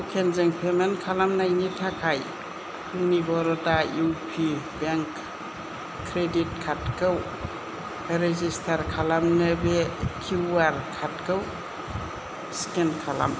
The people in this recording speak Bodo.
ट'केनजों पेमेन्ट खालामनायनि थाखाय आंनि बर'डा U P bank credit card खौ रेजिस्टार खालामनो बे किउ आर कार्डखौ स्केन खालाम